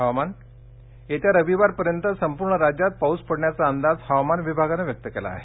हवामान येत्या रविवारपर्यंत संपूर्ण राज्यात पाऊस पडण्याचा अंदाज हवामान विभागानं व्यक्त केला आहे